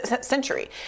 century